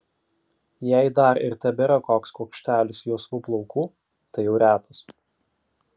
jei dar ir tebėra koks kuokštelis juosvų plaukų tai jau retas